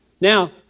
Now